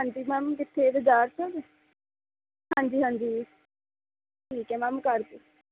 ਹਾਂਜੀ ਮੈਮ ਕਿੱਥੇ ਬਜ਼ਾਰ 'ਚ ਹਾਂਜੀ ਹਾਂਜੀ ਠੀਕ ਹੈ ਮੈਮ ਕਰ ਦਿਓ